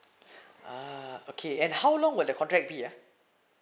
ah okay and how long will the contact be ah